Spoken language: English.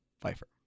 Pfeiffer